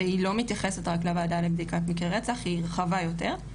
והיא לא מתייחסת רק לוועדה על מקרי רצח היא רחבה יותר,